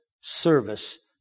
service